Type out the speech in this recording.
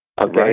Okay